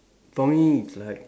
for me it's like